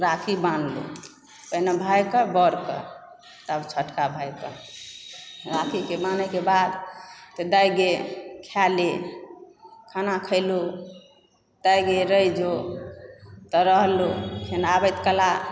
राखी बान्हलहुँ पहिने भायके बड़के तब छोटका भाय कऽ राखीके बान्हैके बाद तऽ दाय गे खाए ले खाना खयलहुँ दाय गे रहि जो तऽ रहलहुँ आबैत कला